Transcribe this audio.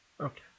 Okay